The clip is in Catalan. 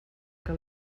que